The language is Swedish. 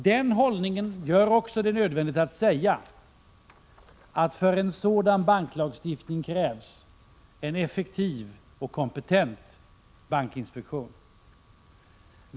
Den hållningen gör det också nödvändigt att säga att det för en sådan banklagstiftning krävs en effektiv och kompetent bankinspektion.